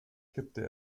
kippte